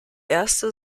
erste